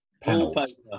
panels